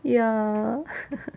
ya